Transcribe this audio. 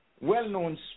well-known